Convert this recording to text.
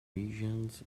visions